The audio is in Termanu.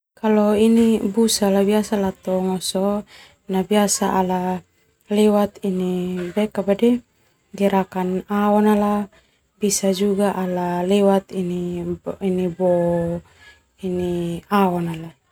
Kalo ini busa biasa latongo sona biasa lewat ini gerakan aona la bisa juga ala lewat ini bo ini aona la.